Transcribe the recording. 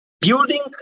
Building